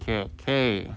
okay okay